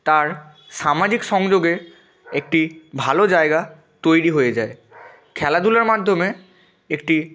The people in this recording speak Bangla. তার সামাজিক সংযোগে একটি ভালো জায়গা তৈরি হয়ে যায় খেলাধুলার মাধ্যমে একটি